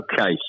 Okay